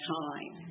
time